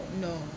No